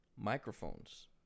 microphones